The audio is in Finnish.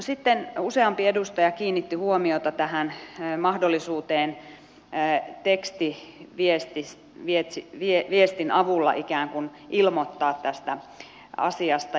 sitten useampi edustaja kiinnitti huomiota tähän mahdollisuuteen pää teksti viesti viedä se vie tekstiviestin avulla ikään kuin ilmoittaa tästä asiasta